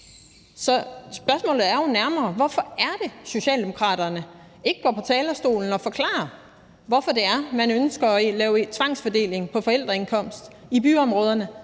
Så spørgsmålet er jo nærmere: Hvorfor er det, Socialdemokraterne ikke går på talerstolen og forklarer, hvorfor det er, man ønsker at lave tvangsfordeling på baggrund af forældreindkomst i byområderne,